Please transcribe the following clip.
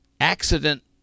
Accident